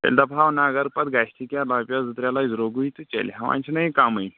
تیٚلہِ دپ ہاو نہ اگر پتہٕ گژھہِ رۄپیس زٕ ترٛےٚ لچھ درٛوگٕے تہٕ چلہِ ہا وۄنۍ چھُ نا یہِ کمٕے